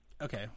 okay